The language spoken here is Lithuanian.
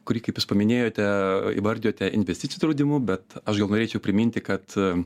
kurį kaip jūs paminėjote įvardijote investiciniu draudimu bet aš norėčiau priminti kad